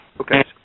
Okay